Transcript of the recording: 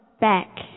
back